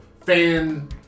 fan